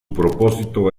propósito